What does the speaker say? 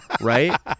right